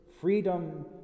freedom